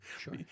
sure